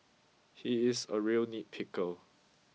he is a real nitpicker